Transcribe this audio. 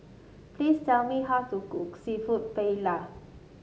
please tell me how to cook seafood Paella